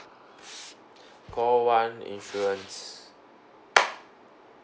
call one insurance